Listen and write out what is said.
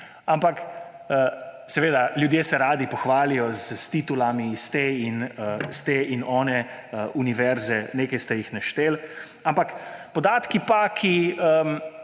seveda, ljudje se radi pohvalijo s titulami s te in one univerze, nekaj ste jih našteli. Ampak podatki, ki